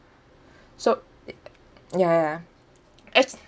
so e~ a~ ya ya ya act~